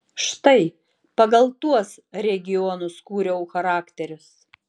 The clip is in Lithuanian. štai pagal tuos regionus kūriau charakterius